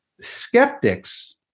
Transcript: Skeptics